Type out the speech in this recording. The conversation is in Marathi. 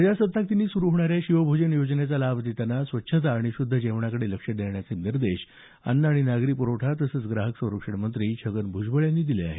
प्रजासत्ताक दिनी सुरु होणाऱ्या शिवभोजन योजनेचा लाभ देताना स्वच्छता आणि शृद्ध जेवणाकडे लक्ष ठेवण्याचे निर्देश अन्न नागरी पुरवठा आणि ग्राहक संरक्षण मंत्री छगन भूजबळ यांनी दिले आहेत